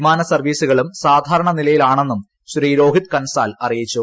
വീമാനസർവീസുകളും സാധാരണ നിലയിലാണെന്നും ശ്രീ രോഹിത് കൻസാൽ അറിയിച്ചു